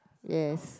yes